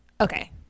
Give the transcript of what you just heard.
okay